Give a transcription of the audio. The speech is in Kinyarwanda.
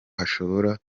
hashobora